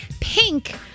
Pink